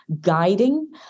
guiding